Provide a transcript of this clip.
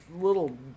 little